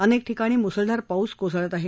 अनेक ठिकाणी मुसळधार पाऊस कोसळत आहे